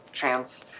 chance